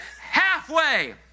halfway